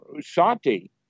sati